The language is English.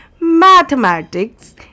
Mathematics